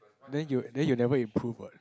then you then you'll never improve what